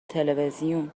تلویزیون